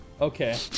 okay